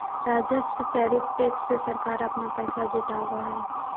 राजस्व tariff tax से सरकार अपना पैसा जुटावअ हई